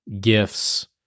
gifts